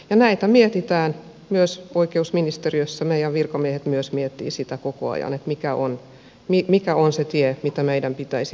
näitä mietitään myös oikeusministeriössä meidän virkamiehet myös miettivät sitä koko ajan mikä on se tie mitä meidän pitäisi kulkea